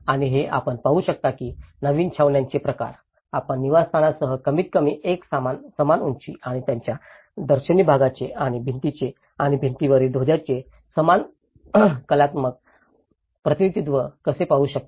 आणि हेच आपण पाहू शकता की नवीन छावण्यांचे प्रकार आपण निवासस्थानांसह कमीतकमी एकसमान उंची आणि त्यांच्या दर्शनी भागाचे आणि भिंतींचे आणि भिंतीवरील ध्वजांचे समान कलात्मक प्रतिनिधित्व कसे पाहू शकता